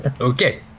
okay